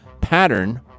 pattern